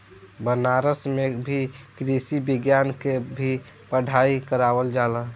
बनारस में भी कृषि विज्ञान के भी पढ़ाई करावल जाला